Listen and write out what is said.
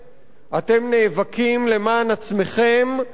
אתם נאבקים למען עצמכם, כן.